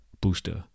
booster